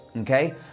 okay